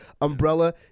umbrella